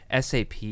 SAP